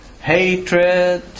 hatred